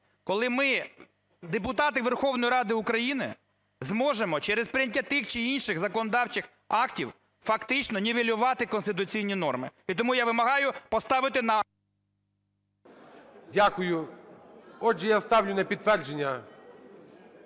коли ми, депутати Верховної Ради України, зможемо через прийняття тих чи інших законодавчих актів фактично нівелювати конституційні норми. І тому я вимагаю поставити на… ГОЛОВУЮЧИЙ. Дякую. Отже, я ставлю на підтвердження.